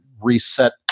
reset